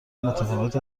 متفاوت